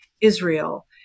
Israel